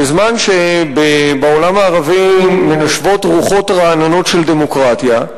בזמן שבעולם הערבי מנשבות רוחות רעננות של דמוקרטיה,